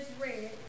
red